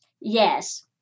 Yes